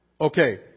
okay